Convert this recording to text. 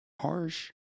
harsh